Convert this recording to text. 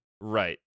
right